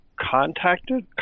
contacted